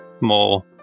more